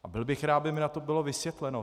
A byl bych rád, aby mi to bylo vysvětleno.